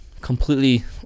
Completely